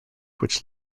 which